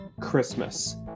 Christmas